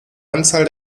anzahl